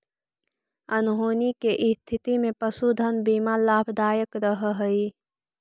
अनहोनी के स्थिति में पशुधन बीमा लाभदायक रह हई